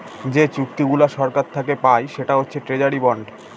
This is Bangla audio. যে চুক্তিগুলা সরকার থাকে পায় সেটা হচ্ছে ট্রেজারি বন্ড